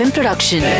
Production